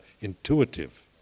intuitive